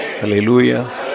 Hallelujah